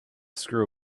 screw